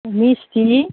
मिस्थि